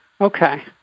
Okay